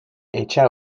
echa